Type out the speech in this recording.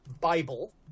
Bible